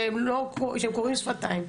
שהם קוראים שפתיים.